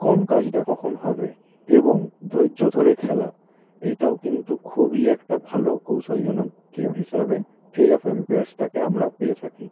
কোন কাজটা কখন হবে এবং ধৈর্য ধরে খেলা এইটাও কিন্তু খুবই একটা ভালো কৌশলজনক গেম হিসাবে এজ অফ এম্পায়ার্সটাকে আমরা পেয়ে থাকি